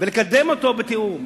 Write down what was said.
לקדם אותה בתיאום.